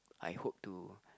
I hope to